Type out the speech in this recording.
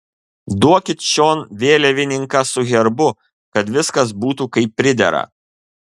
duokit čion vėliavininką su herbu kad viskas būtų kaip pridera